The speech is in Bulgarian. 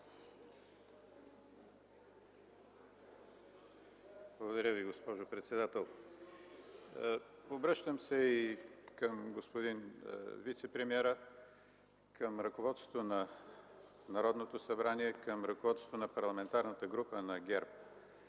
Благодаря Ви, госпожо председател. Обръщам се и към господин вицепремиера, към ръководството на Народното събрание, към ръководството на Парламентарната група на ГЕРБ: